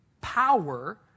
power